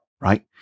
right